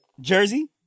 Jersey